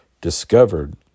discovered